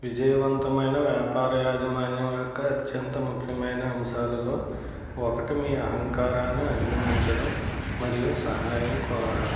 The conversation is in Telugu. విజయవంతమైన వ్యాపార యాజమాన్యం యొక్క అత్యంత ముఖ్యమైన అంశాలలో ఒకటి మీ అహంకారాన్ని అధిగమించడం మరియు సహాయం కోరడం